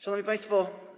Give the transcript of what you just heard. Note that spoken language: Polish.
Szanowni Państwo!